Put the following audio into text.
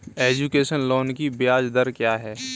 Education loan की ब्याज दर क्या है?